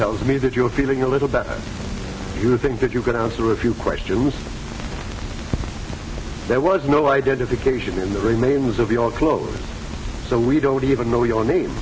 tells me that you're feeling a little better you think that you're going to answer a few questions there was no identification in the remains of the old clothes so we don't even know your name